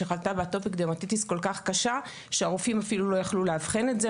שחלתה באטופיק דרמטיטיס כל כך קשה שהרופאים אפילו לא יכלו לאבחן את זה.